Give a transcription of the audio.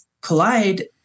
collide